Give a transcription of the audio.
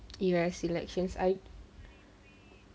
U_S elections I